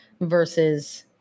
versus